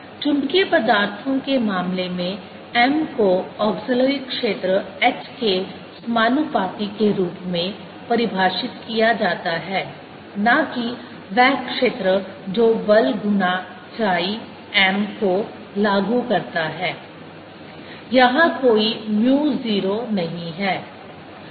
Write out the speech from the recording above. चुंबकीय पदार्थों के मामले में m को ऑक्सीलिरी क्षेत्र H के समानुपाती के रूप में परिभाषित किया जाता है ना कि वह क्षेत्र जो बल गुणा chi m को लागू करता है यहाँ कोई mu 0 नहीं है